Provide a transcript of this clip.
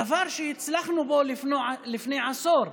דבר שהצלחנו לפני עשור,